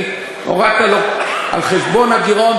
כי הורדת לו על חשבון הגירעון,